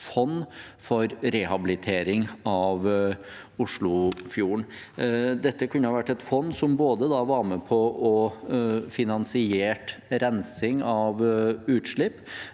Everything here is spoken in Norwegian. fond for rehabilitering av Oslofjorden. Dette kunne ha vært et fond som var med på å finansiere rensing av utslipp,